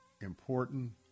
important